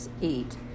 eat